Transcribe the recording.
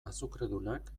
azukredunak